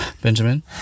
Benjamin